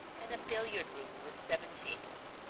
and a billiard-room with seven tables.